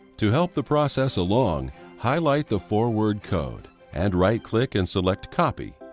to help the process along highlight the four-word-code. and right click and select copy